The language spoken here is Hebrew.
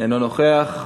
אינו נוכח.